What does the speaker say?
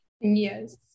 Yes